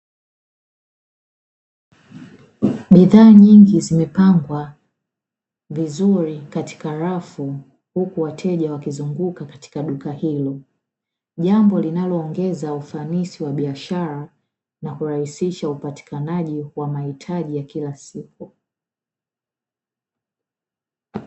Bidhaa nyingi zimepangwa vizuri katika rafu, huku wateja wakizunguka katika duka hilo. Jambo linaloongeza ufanisi wa biashara na kurahisisha upatikanaji wa mahitaji ya kila siku.